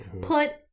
put